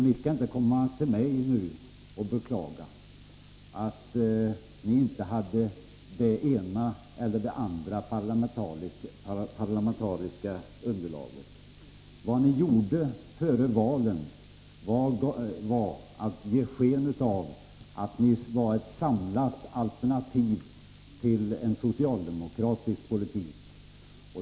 Ni skall inte komma till mig och beklaga att ni inte hade det ena eller det andra parlamentariska underlaget. Vad ni gjorde före valen var att ge sken av att ni hade ett samlat alternativ till en socialdemokratisk politik.